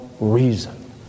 reason